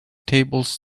tables